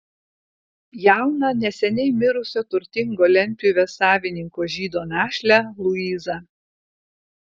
jauną neseniai mirusio turtingo lentpjūvės savininko žydo našlę luizą